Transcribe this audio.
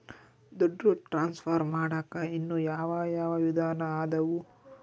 ದುಡ್ಡು ಟ್ರಾನ್ಸ್ಫರ್ ಮಾಡಾಕ ಇನ್ನೂ ಯಾವ ಯಾವ ವಿಧಾನ ಅದವು?